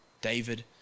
David